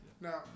Now